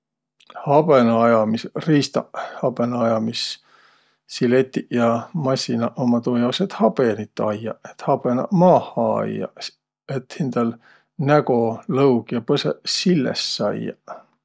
Habõnaajamisõ riistaq, habõnaajamisõ siletiq ja massinaq ummaq tuujaos, et habõnit ajjaq, et habõnaq maaha ajjaq s-, et hindäl nägo lõug ja põsõq silles ajjaq.